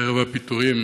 שחרב הפיטורים